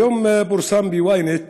היום פורסמה ב-ynet כותרת: